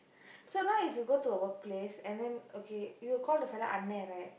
so now if you go to a workplace and then okay you will call the fella அண்ணே:annee right